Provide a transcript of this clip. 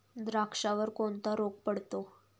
द्राक्षावर कोणता रोग पडतो?